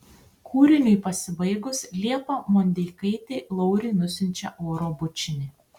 kūriniui pasibaigus liepa mondeikaitė lauriui nusiunčia oro bučinį